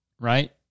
right